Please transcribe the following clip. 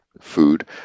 food